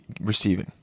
receiving